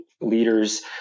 leaders